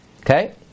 Okay